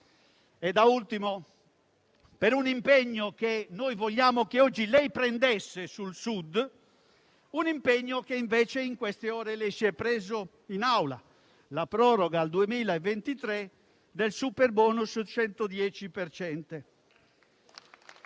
Infine, da un impegno che vogliamo che oggi lei prendesse sul Sud, passo ad un impegno che invece in queste ore lei si è preso in Aula: la proroga al 2023 del superbonus 110